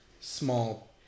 small